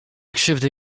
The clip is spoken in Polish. krzywdy